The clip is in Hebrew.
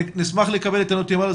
נשמח לקבל את הנתונים האלה,